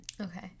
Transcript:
Okay